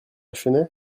chennai